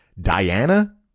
Diana